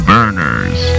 Burners